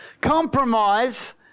Compromise